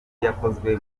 yakozwe